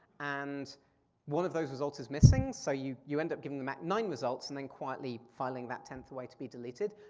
and one of those results is missing, so you you end up giving back nine results and then quietly filing that tenth away to be deleted.